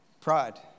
pride